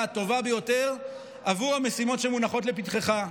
הטובה ביותר עבור המשימות שמונחות לפתחך,